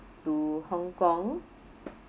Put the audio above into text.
to hong kong